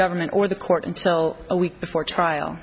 government or the court until a week before trial